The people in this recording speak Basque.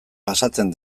pasatzen